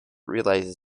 realizes